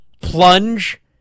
plunge